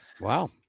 Wow